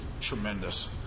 tremendous